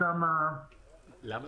לא.